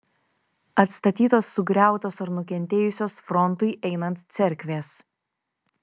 atstatytos sugriautos ar nukentėjusios frontui einant cerkvės